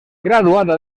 graduada